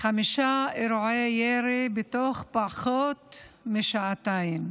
חמישה אירועי ירי בתוך פחות משעתיים,